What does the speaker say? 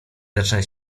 zaczyna